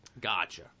Gotcha